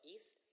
East